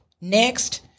next